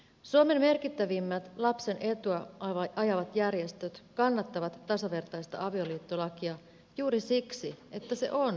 suomen merkittävimmät lapsen etua ajavat järjestöt kannattavat tasavertaista avioliittolakia juuri siksi että se on lapsen etu